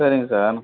சரிங்க சார்